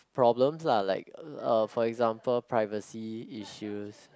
problems lah like uh for example privacy issues